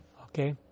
Okay